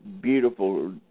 beautiful